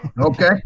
Okay